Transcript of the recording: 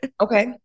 Okay